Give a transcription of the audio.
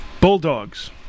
Bulldogs